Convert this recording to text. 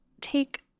take